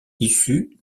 issue